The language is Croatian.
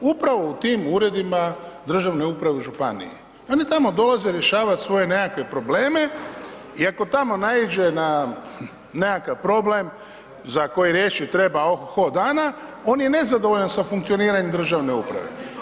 Upravo u tim uredima državne uprave u županiji, oni tamo dolaze rješavat svoje nekakve probleme i ako tamo naiđe na nekakav problem za koji riješit treba ohoho dana, on je nezadovoljan sa funkcioniranjem državne uprave.